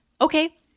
Okay